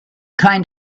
kind